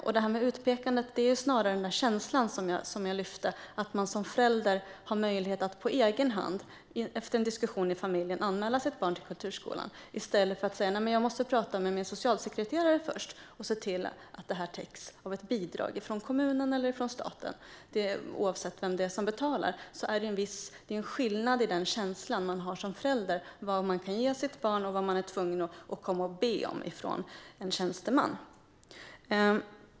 När det gäller utpekandet handlar det snarare om känslan som jag lyfte fram - att som förälder ha möjlighet att på egen hand, efter en diskussion i familjen, anmäla sitt barn till kulturskolan i stället för att säga: Nej, jag måste prata med min socialsekreterare först och se till att det här täcks av ett bidrag från kommunen eller staten. Oavsett vem det är som betalar är det en viss skillnad i känslan man har som förälder mellan vad man själv kan ge sitt barn och vad man är tvungen att be om från en tjänsteman.